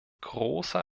großer